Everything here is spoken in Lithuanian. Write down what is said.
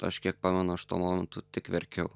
aš kiek pamenu aš tuo momentu tik verkiau